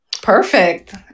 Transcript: Perfect